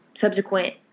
subsequent